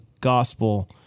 gospel